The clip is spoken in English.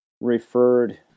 referred